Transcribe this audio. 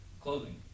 clothing